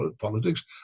politics